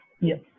Yes